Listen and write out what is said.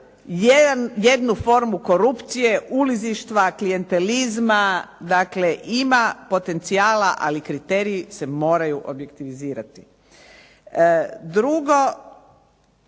jednu formu korupcije, ulizništva, klijentelizma. Dakle ima potencijala, ali kriteriji se moraju objektivizirati. Drugo,